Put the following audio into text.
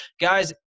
Guys